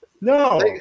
No